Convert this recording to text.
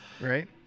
right